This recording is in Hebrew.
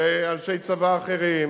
ואנשי צבא אחרים,